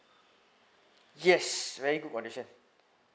yes very good condition